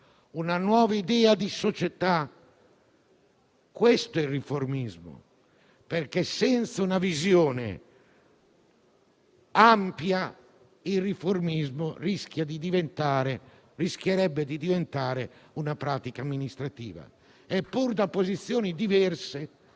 una nuova idea di società. Questo è il riformismo, perché senza una visione ampia il riformismo rischierebbe di diventare una pratica amministrativa. E pur da posizioni diverse,